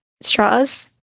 straws